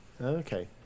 okay